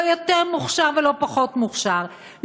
לא יותר מוכשר ולא פחות מוכשר,